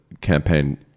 campaign